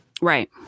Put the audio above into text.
Right